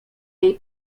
jej